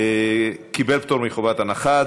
קיבלה פטור מחובת הנחה.